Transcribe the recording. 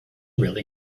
really